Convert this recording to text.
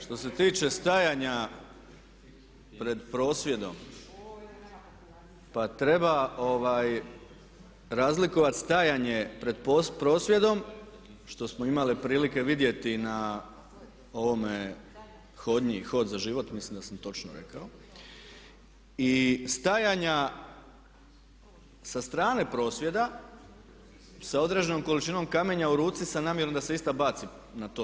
Što se tiče stajanja pred prosvjedom, pa treba razlikovati stajanje pred prosvjedom, što smo imali prilike vidjeti na ovome hodnji, „Hod za život“ mislim da sam točno rekao i stajanja sa strane prosvjeda sa određenom količinom kamenja u ruci sa namjerom da se ista baci na to.